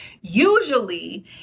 usually